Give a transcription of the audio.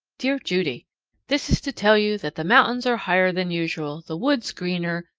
dear judy this is to tell you that the mountains are higher than usual, the woods greener,